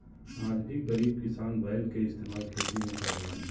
आज भी गरीब किसान बैल के इस्तेमाल खेती में करलन